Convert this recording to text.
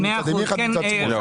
אחד מצד ימין, אחד מצד שמאל.